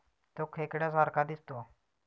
तो खेकड्या सारखा दिसतो